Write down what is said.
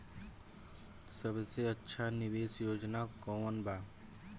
सबसे अच्छा निवेस योजना कोवन बा?